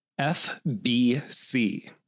FBC